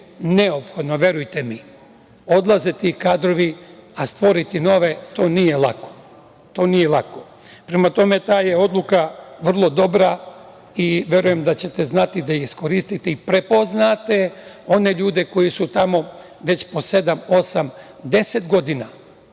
neophodno, verujte mi. Odlaze ti kadrovi, a stvoriti nove to nije lako. Prema tome, ta odluka je vrlo dobra i verujem da ćete znati da je iskoristite i prepoznate one ljude koji su tamo već po seda, osam,